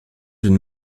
d’une